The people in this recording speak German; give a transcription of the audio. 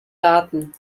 daten